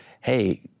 hey